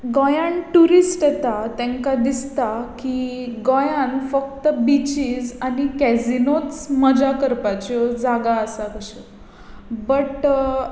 गोंयान टुरिस्ट येता तांकां दिसता की गोंयांत फक्त बिचीज आनी कॅझिनोच मजा करपाच्यो जागा आसात अश्यो बट